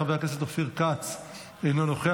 אינו נוכח,